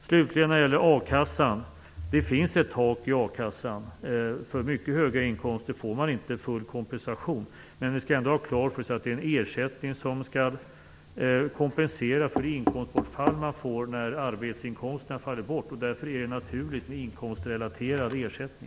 Slutligen några ord om a-kassan. Det finns ett tak i a-kassan. För mycket höga inkomster får man inte full kompensation. Vi skall dock ha klart för oss att det är en ersättning man får som skall kompensera när arbetsinkomster faller bort. Därför är det naturligt med en inkomstrelaterad ersättning.